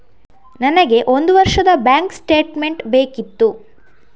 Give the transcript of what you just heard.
ನನಗೆ ಒಂದು ವರ್ಷದ ಬ್ಯಾಂಕ್ ಸ್ಟೇಟ್ಮೆಂಟ್ ಬೇಕಿತ್ತು